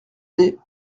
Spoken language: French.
deux